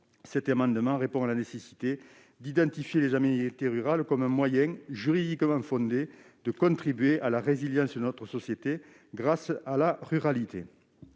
Cet amendement vise à répondre à la nécessité d'identifier les aménités rurales comme un moyen, juridiquement fondé, de contribuer à la résilience de notre société, grâce à la ruralité.